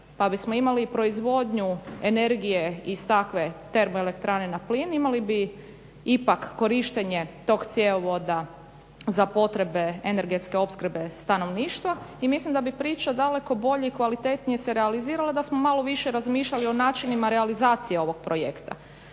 pa bismo imali proizvodnju energije iz takve termoelektrane na plin, imali bi ipak korištenje tog cjevovoda za potrebe energetske opskrbe stanovništva i mislim da bi priča daleko bolje i kvalitetnije se realizirala da smo malo više razmišljali o načinima realizacije ovog projekta.